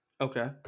okay